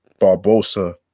Barbosa